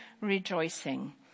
rejoicing